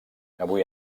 avui